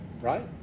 right